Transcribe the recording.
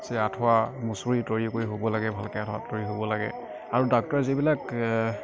আঁঠুৱা মুচৰি তৰি কৰি শুৱ লাগে ভালকে আঠুৱা তৰি শুৱ লাগে আৰু ডাক্টৰে যিবিলাক